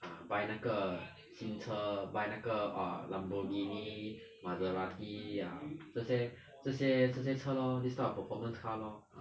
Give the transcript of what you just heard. ah buy 那个新车 buy 那个 err lamborghini maserati ah 这些这些这些车 lor this type of performance car lor ah